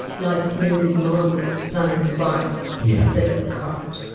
like lindsay's mom is planning to buy, yeah the little cart,